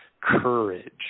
courage